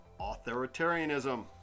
authoritarianism